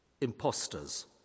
Imposters